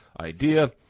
idea